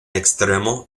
extremo